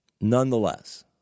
nonetheless